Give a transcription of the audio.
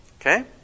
Okay